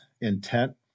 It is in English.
intent